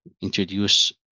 introduce